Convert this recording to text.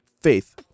Faith